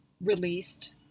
released